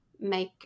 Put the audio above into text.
make